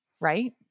right